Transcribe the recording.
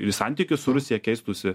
ir į santykius su rusija keistųsi